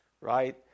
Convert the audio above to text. right